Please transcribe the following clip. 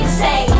say